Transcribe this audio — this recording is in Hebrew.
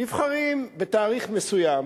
נבחרים בתאריך מסוים